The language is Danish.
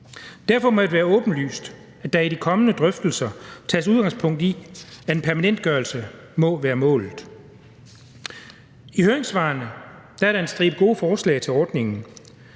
Derfor må det være åbenlyst, at der i de kommende drøftelser tages udgangspunkt i, at en permanentgørelse må være målet. I høringssvarene er der en stribe gode forslag til ordningen,